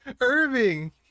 Irving